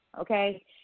Okay